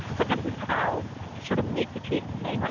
but this is how ah you sort of make the case to saying, like